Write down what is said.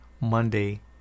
Monday